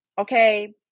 Okay